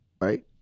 right